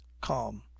calm